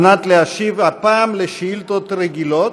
להשיב, הפעם על שאילתות רגילות.